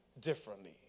differently